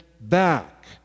back